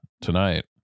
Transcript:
tonight